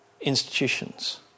institutions